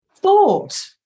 thought